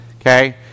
okay